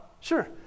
sure